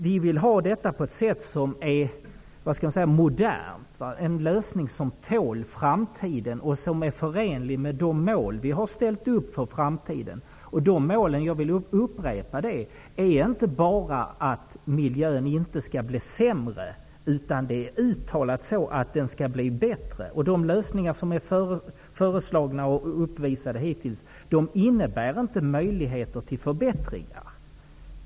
Vi vill ha en modern lösning som tål framtiden och som är förenlig med de mål som vi har ställt upp för framtiden. De målen gäller inte bara att miljön inte skall bli sämre. Det är uttalat så att den skall bli bättre. De lösningar som är föreslagna och uppvisade hittills innebär ingen möjlighet till förbättringar.